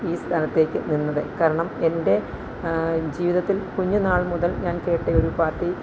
ഈ സ്ഥാനത്തേക്ക് നിന്നത് കാരണം എൻ്റെ ജീവിതത്തിൽ കുഞ്ഞു നാൾ മുതൽ ഞാൻ കേട്ട ഒരു പാർട്ടി